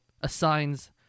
assigns